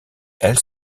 elle